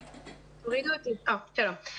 שלום.